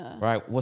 Right